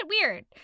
Weird